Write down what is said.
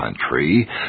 country